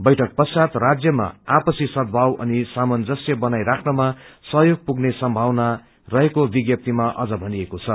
बैठक पश्चात् राज्यमा आपसी सदभाव अनि सामंजस्य बनाई राख्नमा सहयोग पुग्ने सम्भावना रहेको विज्ञप्तिमा अझ भनिएको छ